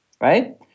right